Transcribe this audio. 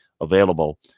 available